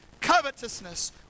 covetousness